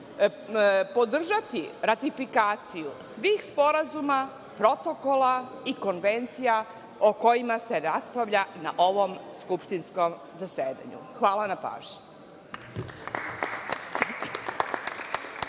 podržati ratifikaciju svih sporazuma, protokola i konvencija o kojima se raspravlja na ovom skupštinskom zasedanju. Hvala na pažnji.